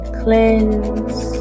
cleanse